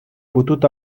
putut